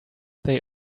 they